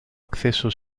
acceso